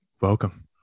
Welcome